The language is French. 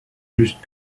juste